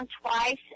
twice